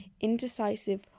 indecisive